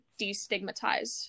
destigmatize